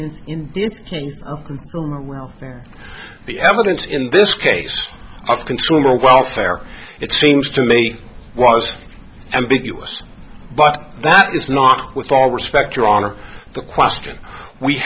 where the evidence in this case of consumer welfare it seems to me was ambiguous but that is not with all respect your honor the question we